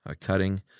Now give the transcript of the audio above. cutting